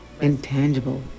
intangible